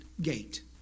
gate